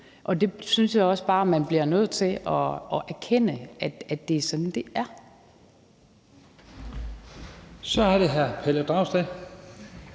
og jeg synes også bare, at man bliver nødt til at erkende, at det er sådan, det er.